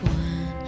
one